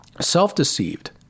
self-deceived